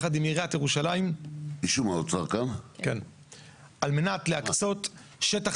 ביחד עם עיריית ירושלים על מנת להקצות שטח